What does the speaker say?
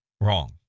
wrong